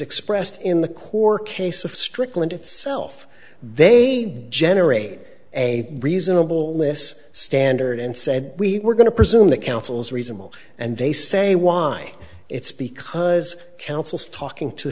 expressed in the core case of strickland itself they generate a reasonable liss standard and said we were going to presume that counsels reasonable and they say why it's because counsel's talking to